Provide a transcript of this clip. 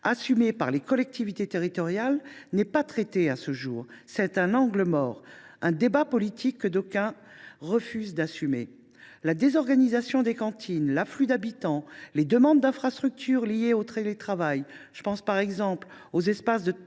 assumés par les collectivités territoriales n’est pas traité à ce jour. C’est un angle mort, un débat politique que d’aucuns refusent d’assumer : la désorganisation des cantines, l’afflux d’habitants, les demandes d’infrastructures liées au télétravail ; je pense par exemple aux espaces de travail